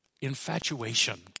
infatuation